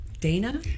Dana